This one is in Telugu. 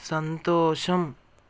సంతోషం